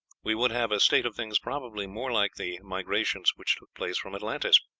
we would have a state of things probably more like the migrations which took place from atlantis.